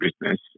business